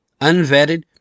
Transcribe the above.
Unvetted